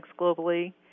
globally